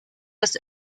das